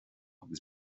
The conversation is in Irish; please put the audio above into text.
agus